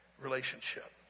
relationship